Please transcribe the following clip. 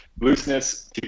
looseness